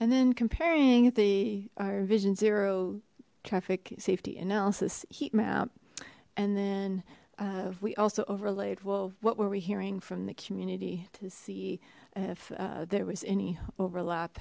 and then comparing the our vision zero traffic safety analysis heat map and then uh we also overlaid well what were we hearing from the community to see if there was any overlap